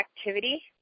activity